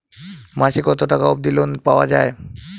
মাসে কত টাকা অবধি লোন পাওয়া য়ায়?